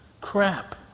crap